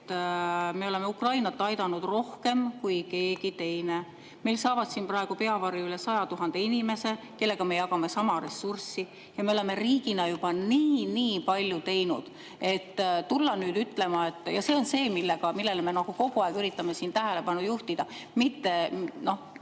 et me oleme Ukrainat aidanud rohkem kui keegi teine. Meil saab praegu peavarju üle 100 000 inimese, kellega me jagame samu ressursse, ja me oleme riigina juba nii-nii palju teinud. See on see, millele me kogu aeg üritame siin tähelepanu juhtida, mitte see,